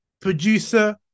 producer